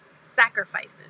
sacrifices